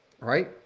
right